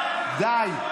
די.